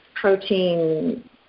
protein